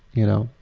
you know.